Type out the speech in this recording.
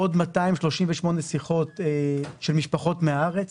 עוד 238 שיחות של משפחות מהארץ.